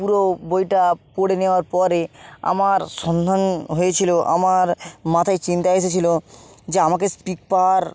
পুরো বইটা পড়ে নেওয়ার পরে আমার সন্ধান হয়েছিলো আমার মাথায় চিন্তা এসেছিলো যে আমাকে স্পিক পাওয়ার